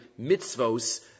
mitzvos